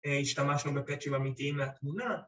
‫השתמשנו בפאצ'ים אמיתיים לתמונה.